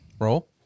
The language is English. Roll